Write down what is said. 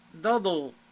double